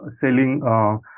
selling